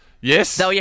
Yes